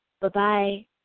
Bye-bye